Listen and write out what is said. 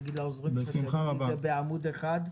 תגיד לעוזרים שלך לפרט את זה בעמוד אחד.